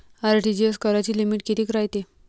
RTGS कराची limit कितीक रायते?